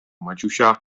maciusia